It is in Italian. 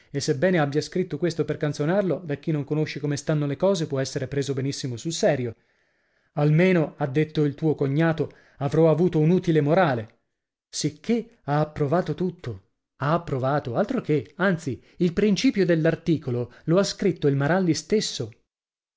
e sebbene abbia scritto questo per canzonarlo da chi non conosce come stanno le cose può essere preso benissimo sul serio almeno ha detto il tuo cognato avrò avuto un utile morale sicché ha approvato tutto ha approvato altro che anzi il principio dell'articolo lo ha scritto il maralli stesso